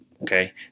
Okay